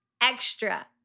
extra